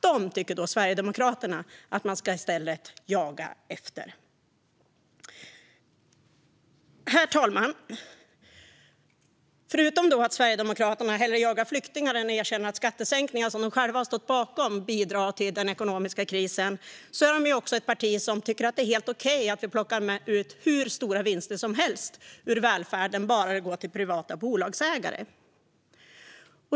Dessa människor tycker Sverigedemokraterna att man ska jaga. Herr talman! Förutom att Sverigedemokraterna hellre jagar flyktingar än erkänner att skattesänkningar som de själva har stått bakom bidrar till den ekonomiska krisen är de ett parti som tycker att det är helt okej att det plockas ut hur stora vinster som helst ur välfärden - bara de går till privata bolagsägare.